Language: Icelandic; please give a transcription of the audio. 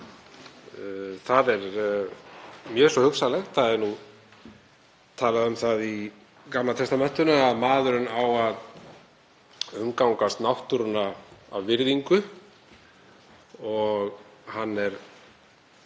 Það er mjög svo hugsanlegt. Það er talað um það í gamla testamentinu að maðurinn eigi að umgangast náttúruna af virðingu og hann er